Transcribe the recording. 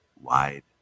Wide